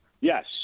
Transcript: Yes